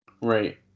Right